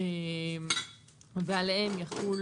ועליהם יחול